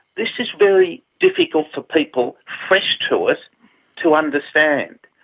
this is very difficult for people fresh to it to understand.